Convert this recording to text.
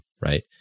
Right